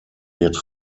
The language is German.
wird